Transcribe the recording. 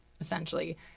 essentially –